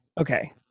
okay